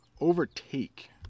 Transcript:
overtake